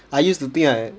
I used to think I